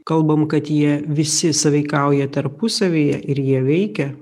kalbam kad jie visi sąveikauja tarpusavyje ir jie veikia